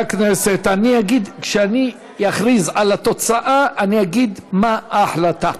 הכנסת, כשאני אכריז על התוצאה אני אגיד מה ההחלטה.